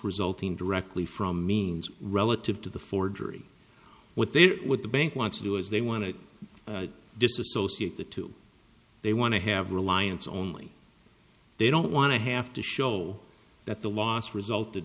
resulting directly from means relative to the forgery what there with the bank wants to do is they want to disassociate the two they want to have reliance only they don't want to have to show that the loss resulted